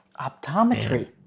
Optometry